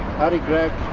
harry gregg.